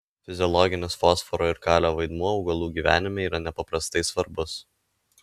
fiziologinis fosforo ir kalio vaidmuo augalų gyvenime yra nepaprastai svarbus